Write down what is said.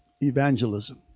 evangelism